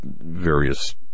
various